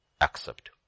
accept